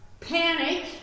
panic